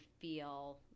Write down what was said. feel